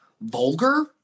vulgar